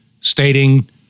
stating